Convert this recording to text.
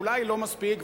אולי לא מספיק,